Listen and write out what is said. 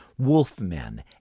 wolfmen